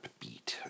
beat